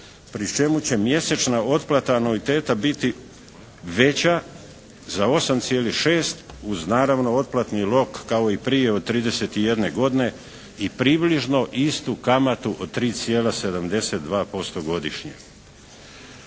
pri čemu će mjesečna otplata anuiteta biti veća za 8,6 uz naravno otplatni rok kao i prije od 31 godine i približno istu kamatu od 3,72% godišnje.